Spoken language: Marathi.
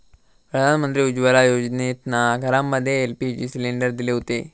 प्रधानमंत्री उज्ज्वला योजनेतना घरांमध्ये एल.पी.जी सिलेंडर दिले हुते